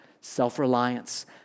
self-reliance